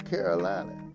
Carolina